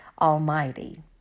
Almighty